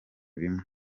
bimwe